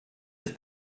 ist